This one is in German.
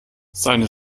seine